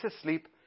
asleep